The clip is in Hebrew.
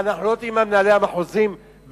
מה, אנחנו לא יודעים במה מנהלי המחוזים דנים?